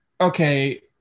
okay